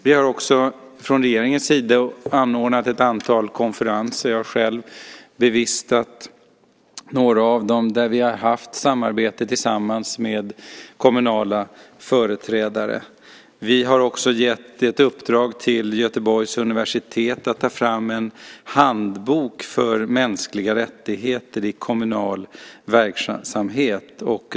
Vi har också från regeringens sida anordnat ett antal konferenser - jag har själv bevistat några av dem - där vi har haft samarbete tillsammans med kommunala företrädare. Vi har också gett ett uppdrag till Göteborgs universitet att ta fram en handbok för mänskliga rättigheter i kommunal verksamhet.